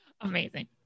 Amazing